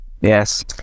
Yes